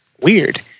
Weird